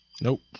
Nope